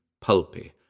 pulpy